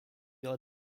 are